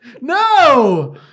no